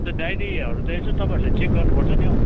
अनि त डायरीहरू त यसो तपाईँहरूले चेक गर्नुपर्छ नि हौ